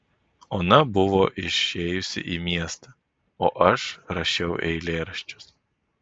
ona buvo išėjusi į miestą o aš rašiau eilėraščius